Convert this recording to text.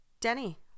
Denny